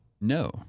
No